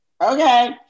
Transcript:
Okay